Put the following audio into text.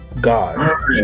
god